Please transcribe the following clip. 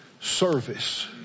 service